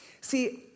See